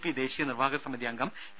P ദേശീയ നിർവാഹകസമിതിയംഗം P